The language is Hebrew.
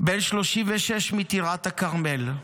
בן 36 מטירת הכרמל.